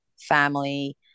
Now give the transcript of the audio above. family